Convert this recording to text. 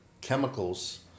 chemicals